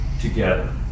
together